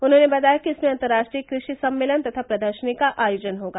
उन्होंने बताया कि इसमें अर्तर्राष्ट्रीय कृषि सम्मेलन तथा प्रदर्शनी का आयोजन होगा